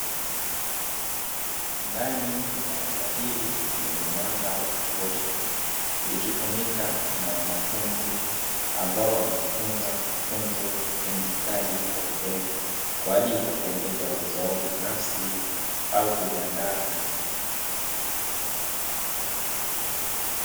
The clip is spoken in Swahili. Ndani ya darasa hili lenye mwanga wa kutosha likitumika na wanafunzi ambao wanajifunza mafunzo ya ufundi stadi kwa vitendo kwa ajili ya kuongeza uwezo wao binafsi au kujiandaa na ajira.